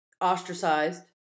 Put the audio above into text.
ostracized